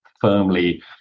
firmly